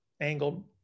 angled